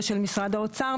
צריך